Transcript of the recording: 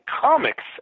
comics